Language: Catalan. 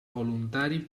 voluntari